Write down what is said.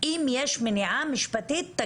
אנחנו רוצות מעשים, אנחנו רוצות